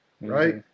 right